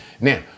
Now